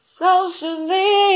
socially